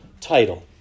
title